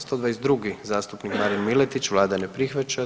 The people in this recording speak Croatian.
122. zastupnik Marin Miletić, vlada ne prihvaća.